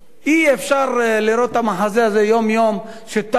אי-אפשר לראות יום-יום את המחזה הזה, שטנקים,